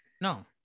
No